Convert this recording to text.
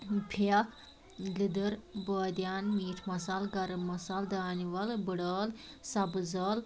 پھیٚک لدٕر بٲدیان میٖٹ مصالہٕ گرٕم مصالہٕ دانہِ وَل بٕڑ ٲلہٕ سبٕز ٲلہٕ